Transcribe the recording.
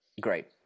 Great